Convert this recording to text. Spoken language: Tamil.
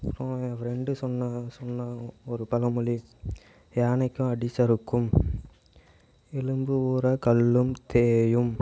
அப்புறம் என் ஃப்ரெண்டு சொன்னான் சொன்னான் ஒரு பழமொழி யானைக்கும் அடிசறுக்கும் எறும்பு ஊற கல்லும் தேயும்